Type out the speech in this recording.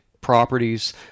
properties